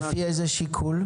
לפי איזה שיקול?